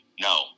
no